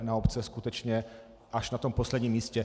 Na obce skutečně až na posledním místě.